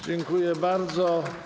Dziękuję bardzo.